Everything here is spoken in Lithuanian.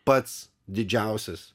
pats didžiausias